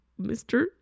Mr